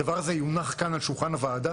הדבר הזה יונח כאן על שולחן הוועדה